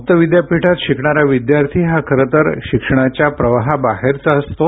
मुक्त विद्यापीठात शिकणारा विद्यार्थी हा खरं तर शिक्षणाच्या प्रवाहाबाहेरचा असतो